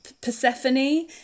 persephone